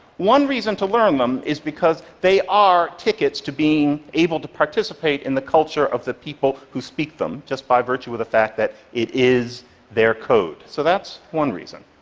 one reason to learn them is because they are tickets to being able to participate in the culture of the people who speak them, just by virtue of the fact that it is their code. so that's one reason.